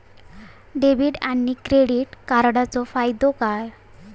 Debit आणि credit कार्डचो फायदो काय?